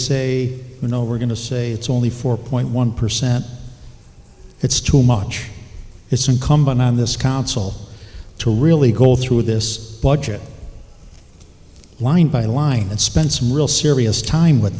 know we're going to say it's only four point one percent it's too much it's incumbent on this council to really go through this budget line by line and spend some real serious time